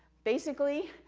basically,